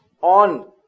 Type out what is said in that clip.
on